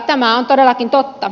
tämä on todellakin totta